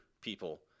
people